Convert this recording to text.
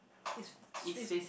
it's s~ so it's